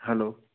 hello